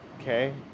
Okay